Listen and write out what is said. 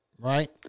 right